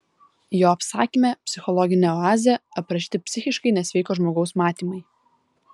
jo apsakyme psichologinė oazė aprašyti psichiškai nesveiko žmogaus matymai